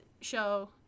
show